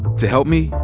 to help me,